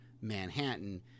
Manhattan